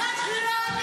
את בקריאה שנייה.